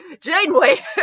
Janeway